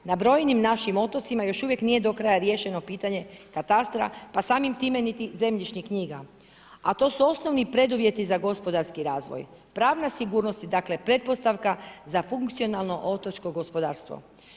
Na brojnim našim otocima još uvijek nije do kraja riješeno pitanje katastra pa samim time niti zemljišnih knjiga s to su osnovni preduvjeti za gospodarski razvoj, pravna sigurnost, dakle pretpostavka za funkcionalno otočko gospodarstvo.